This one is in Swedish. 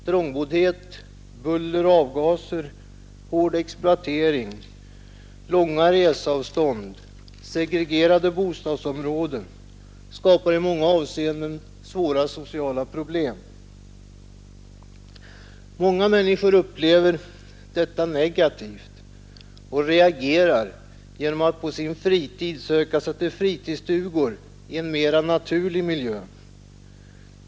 Trångboddhet, buller och avgaser, hård exploatering, långa reseavstånd och segregerade bostadsområden skapar i många avseenden svåra sociala problem. Många människor upplever detta negativt och reagerar genom att på sin fritid söka sig till fritidsstugor i en mera naturlig miljö.